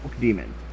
demon